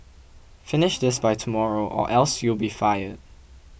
finish this by tomorrow or else you'll be fired